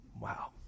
Wow